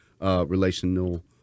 relational